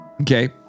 Okay